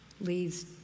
leads